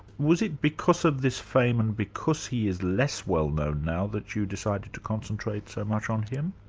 was it because of this fame and because he is less well known now that you decided to concentrate so much on him?